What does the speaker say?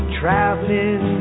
traveling